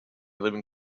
living